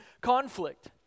conflict